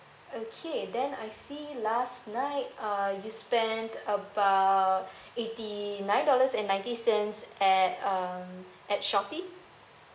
okay then I see last night uh you spent about eighty nine dollars and ninety cents at um at shopee